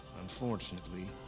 unfortunately